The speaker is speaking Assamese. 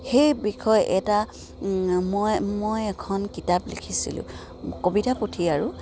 সেই বিষয়ে এটা মই মই এখন কিতাপ লিখিছিলোঁ কবিতা পুথি আৰু